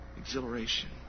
exhilaration